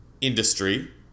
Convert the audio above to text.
industry